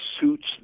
suits